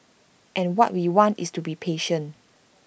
and what we want is to be patient